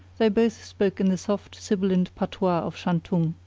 they both spoke in the soft, sibilant patois of shantung.